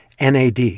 NAD